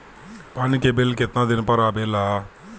पानी के बिल केतना दिन पर आबे ला?